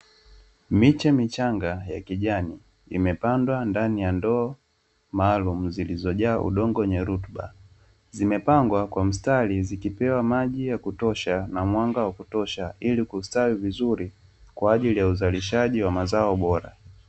Miche michanga ya kijani imepandwa ndani ya ndoo maalumu zilizojaa udongo wenye rutuba, zimepangwa kwa mstari zikipewa maji ya kutosha na mwanga wa kutosha ili kustawi vizuri kwa ajili ya uzalishaji wa mazao bora.